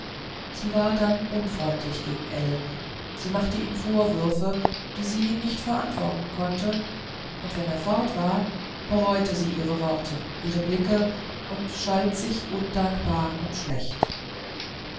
sie war dann unfreundlich gegen ell sie machte ihm vorwürfe die sie nicht verantworten konnte und wenn er fort war bereute sie ihre worte ihre blicke und schalt sich undankbar und schlecht